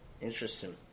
Interesting